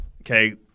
Okay